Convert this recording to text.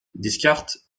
descartes